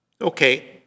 Okay